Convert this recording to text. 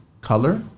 color